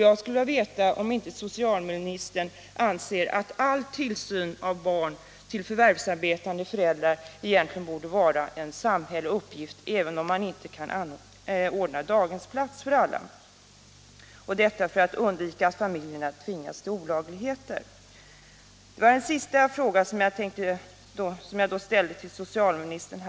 Jag skulle vilja veta om inte socialministern anser att all tillsyn av barn till förvärvsarbetande föräldrar egentligen borde vara en samhällelig uppgift, även om man inte kan ordna daghemsplats för alla — detta för att undvika att familjerna tvingas till olagligheter. Detta var den sista frågan som jag här vill ställa till socialministern.